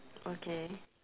okay